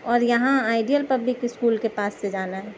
اور یہاں ideal public school کے پاس سے جانا ہے